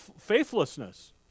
faithlessness